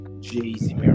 Jay-Z